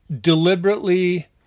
deliberately